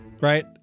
Right